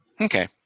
okay